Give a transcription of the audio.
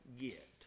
get